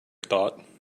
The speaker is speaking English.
thought